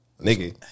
Nigga